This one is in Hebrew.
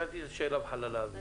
השארתי שאלה בחלל האוויר.